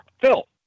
Phil